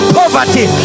poverty